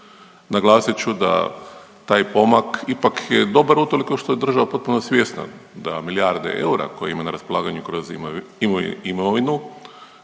Naglasit ću da taj pomak ipak je dobar utoliko što je država potpuno svjesna da milijarde eura koje ima na raspolaganju kroz imovinu,